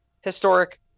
historic